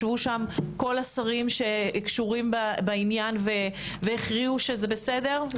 ישבו שם כל השרים שקשורים בעניין והכריעו שזה בסדר?